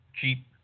cheap